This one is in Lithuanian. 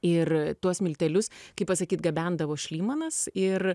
ir tuos miltelius kaip pasakyt gabendavo šlymanas ir